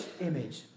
image